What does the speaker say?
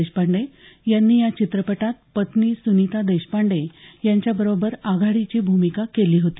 देशपांडे यांनी या चित्रपटात पत्नी सुनिता देशपांडे यांच्या बरोबर आघाडीची भूमिका केली होती